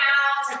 out